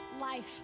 life